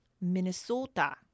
Minnesota